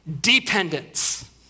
dependence